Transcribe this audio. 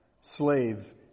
slave